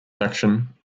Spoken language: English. section